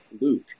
Luke